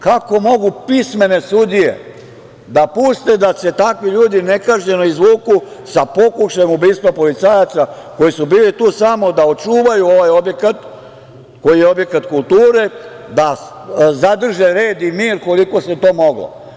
Kako mogu pismene sudije da puste da se takvi ljudi nekažnjeno izvuku sa pokušajem ubistva policajaca koji su bili tu samo da očuvaju ovaj objekata, koji je objekat kulture, da zadrže red i mir koliko se to moglo?